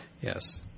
Yes